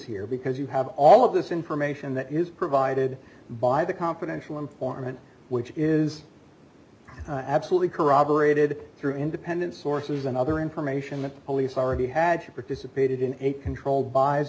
here because you have all of this information that is provided by the confidential informant which is absolutely corroborated through independent sources and other information that the police already had participated in a controlled by